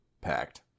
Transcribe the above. packed